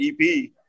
EP